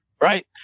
Right